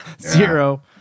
Zero